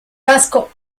casco